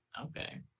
Okay